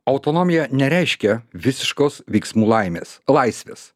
autonomija nereiškia visiškos veiksmų laimės laisvės